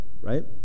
right